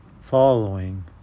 following